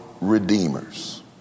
redeemers